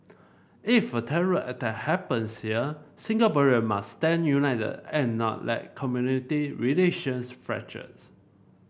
if a terror attack happens here Singaporean must stand united and not let community relations fracture